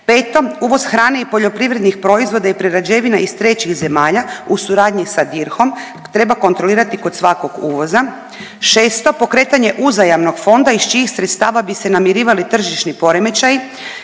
5. Uvoz hrane i poljoprivrednih proizvoda i prerađevina iz trećih zemalja u suradnji sa DIRH-om treba kontrolirati kod svakog uvoza. 6. Pokretanje uzajamnog fonda iz čijih sredstava bi se namirivali tržišni poremećaji.